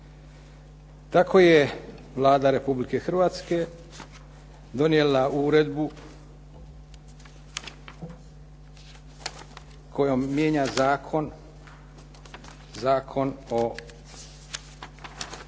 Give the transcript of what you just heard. Tako je Vlada Republike Hrvatske donijela uredbu kojom mijenja zakon o